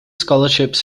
scholarship